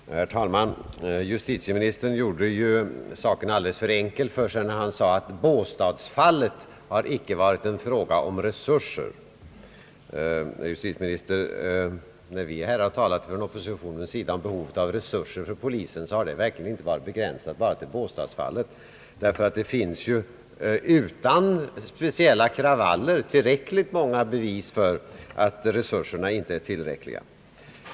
Herr talman! Justitieministern giorde saken alldeles för enkel för sig när han sade att båstadsfallet inte varit en fråga om resurser. Herr justitieminister! När det från oppositionens sida talas om behovet av resurser för polisen har våra krav inte varit begränsade till båstadsfallet. Det finns ju utan dessa speciella kravaller tillräckligt många bevis för att resurserna inte är tillräckliga.